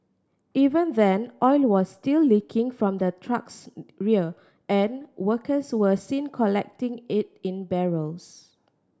even then oil was still leaking from the truck's rear and workers were seen collecting it in barrels